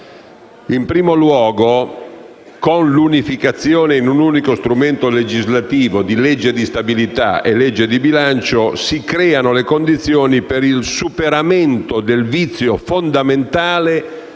In primo luogo, con l'unificazione in un solo strumento legislativo della legge di stabilità e della legge di bilancio, si creano le condizioni per il superamento del vizio fondamentale